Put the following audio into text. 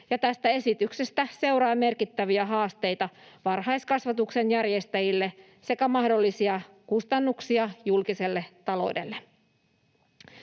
tästä esityksestä seuraa merkittäviä haasteita varhaiskasvatuksen järjestäjille sekä mahdollisia kustannuksia julkiselle taloudelle.